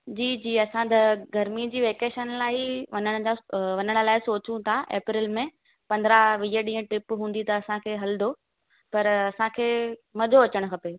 जी जी असां त गरिमी जी वेकेशन लाइ ई वञण लाइ वञण लाइ सोचूं था एप्रिल में पंद्रहं वीह ॾींहं ट्रिप हूंदी त असांखे हलंदो पर असांखे मज़ो अचणु खपे